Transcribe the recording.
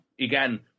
again